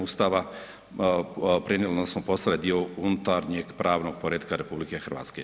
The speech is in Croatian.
Ustava, a … [[Govornik se ne razumije]] smo postali dio unutarnjeg pravnog poretka RH.